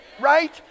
right